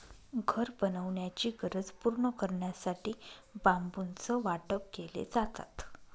घर बनवण्याची गरज पूर्ण करण्यासाठी बांबूचं वाटप केले जातात